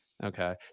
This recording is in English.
Okay